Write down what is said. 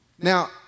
Now